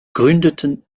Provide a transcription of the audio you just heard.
gründeten